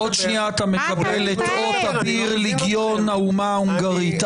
עוד שנייה אתה מקבל את אות אביר לגיון האומה ההונגרית,